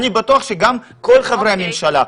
אני בטוח שגם כל חברי הממשלה.